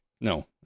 No